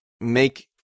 make